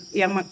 yang